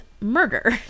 murder